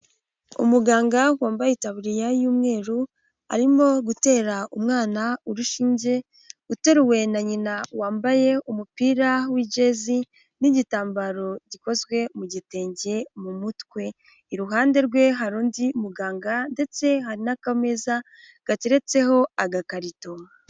Umuganga wambaye itaburiya y'umweru arimo gutera umwana urushinge uteruwe na nyina wambaye umupira w'ijezi n'igitambaro gikozwe mu gitenge mu mutwe, iruhande rwe hari undi muganga ndetse hari n'akameza gateretseho agakarito.